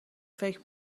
فکر